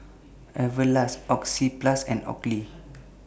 Everlast Oxyplus and